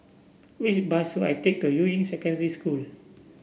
which bus should I take to Yuying Secondary School